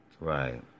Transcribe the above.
Right